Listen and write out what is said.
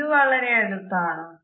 ഇത് വളരെ അടുത്താണോ